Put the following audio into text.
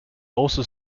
also